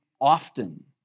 often